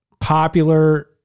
popular